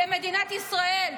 המפלגה שלו.